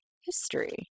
history